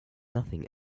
nothing